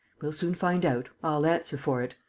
we'll soon find out, i'll answer for it.